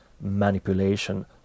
manipulation